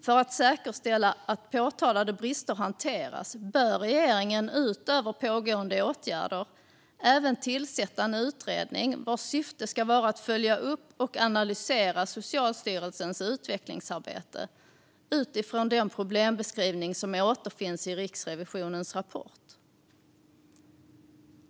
För att säkerställa att påtalade brister hanteras bör regeringen, utöver pågående åtgärder, tillsätta en utredning vars syfte ska vara att följa upp och analysera Socialstyrelsens utvecklingsarbete utifrån den problembeskrivning som återfinns i Riksrevisionens rapport.